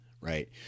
Right